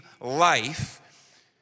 life